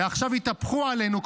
ועכשיו התהפכו עלינו,